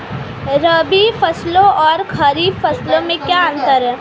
रबी फसलों और खरीफ फसलों में क्या अंतर है?